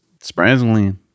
surprisingly